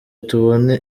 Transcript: tubone